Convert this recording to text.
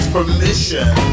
Permission